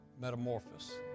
metamorphosis